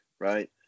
right